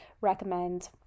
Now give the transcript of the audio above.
recommend